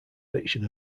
fiction